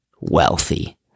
wealthy